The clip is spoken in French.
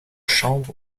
chambre